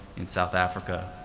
in south africa,